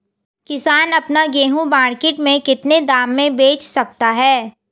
किसान अपना गेहूँ मार्केट में कितने दाम में बेच सकता है?